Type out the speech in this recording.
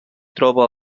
troba